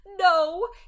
No